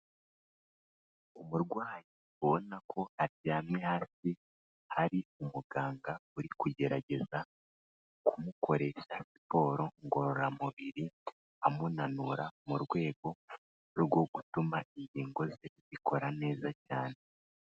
Umurwayi ubona ko aryamye hasi, hari umuganga uri kugerageza ku mukoresha siporo ngororamubiri, amunanura mu rwego rwo gutuma ingingo ze zikora neza cyane.